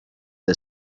the